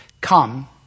come